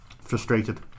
frustrated